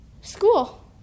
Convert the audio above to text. School